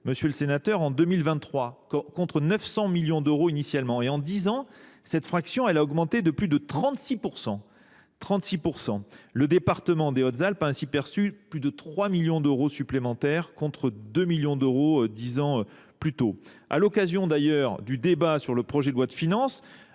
milliard d’euros en 2023, contre 900 millions d’euros initialement. En dix ans, cette fraction a augmenté de plus de 36 %. Le département des Hautes Alpes a ainsi perçu plus de 3 millions d’euros, contre 2 millions d’euros dix ans plus tôt. À l’occasion du débat sur le projet de loi de finances,